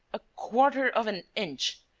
a quarter of an inch!